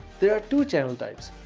there are two channel types,